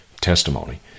testimony